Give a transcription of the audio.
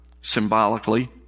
symbolically